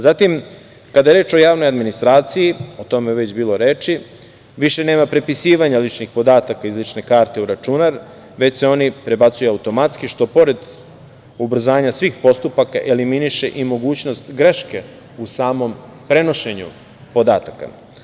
Zatim, kada je reč o javnoj administraciji, i o tome je već bilo reči, više nema prepisivanja ličnih podataka iz lične karte u računar, već se oni prebacuju automatski, što pored ubrzanja svih postupaka, eliminiše i mogućnost greške, u samom prenošenju podataka.